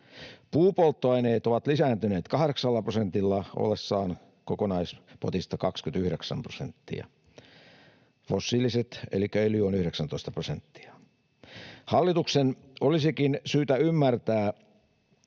Puupolttoaineet ovat lisääntyneet 8 prosentilla ollen kokonaispotista 29 prosenttia. Fossiiliset — elikkä öljy — ovat 19 prosenttia. Hallituksen olisikin syytä ymmärtää,